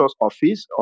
office